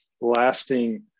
lasting